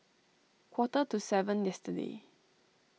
quarter to seven yesterday